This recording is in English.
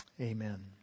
Amen